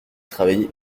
travaillé